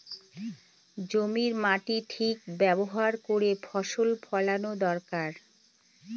জমির মাটির ঠিক ব্যবহার করে ফসল ফলানো দরকার